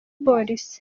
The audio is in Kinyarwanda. polisi